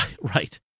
right